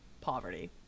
poverty